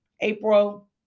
april